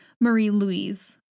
Marie-Louise